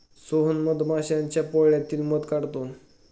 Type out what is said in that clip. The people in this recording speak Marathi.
सोहन मधमाश्यांच्या पोळ्यातील मध काढतो